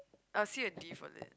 I got C or D for L I T